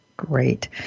Great